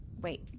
wait